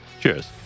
cheers